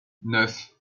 neuf